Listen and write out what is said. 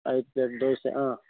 ಐದು ಪ್ಲೇಟ್ ದೋಸೆ ಆಂ